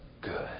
good